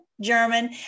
German